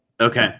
Okay